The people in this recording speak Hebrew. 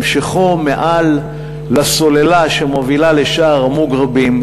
המשכו, מעל לסוללה שמובילה לשער המוגרבים.